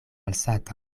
malsata